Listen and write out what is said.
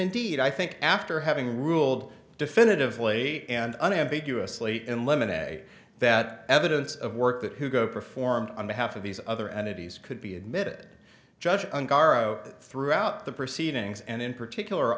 indeed i think after having ruled definitively and unambiguously eliminate that evidence of work that who go performed on behalf of these other entities could be admitted judged and karo throughout the proceedings and in particular